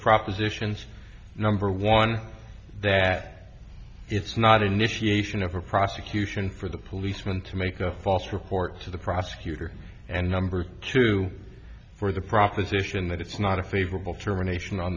propositions number one that it's not initiation of a prosecution for the policeman to make a false report to the prosecutor and number two for the proposition that it's not a favorable terminations on